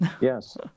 Yes